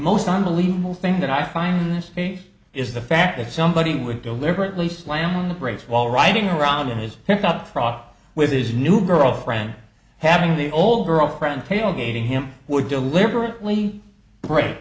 most unbelievable thing that i find in this case is the fact that somebody would deliberately slam on the brakes while riding around in his pickup truck with his new girlfriend having the old girlfriend tailgating him would deliberately